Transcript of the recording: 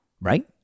right